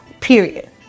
Period